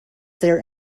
their